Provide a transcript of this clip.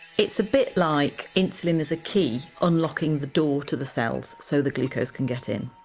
it's a bit like insulin is a key unlocking the door to the cells so the glucose can get in.